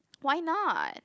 why not